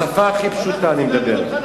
בשפה הכי פשוטה אני מדבר.